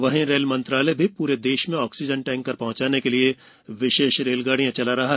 वहींरेल मंत्रालय भी प्रे देश में ऑक्सीजन टैंकर पहंचाने के लिए विशेष रेलगाड़ियां चला रहा है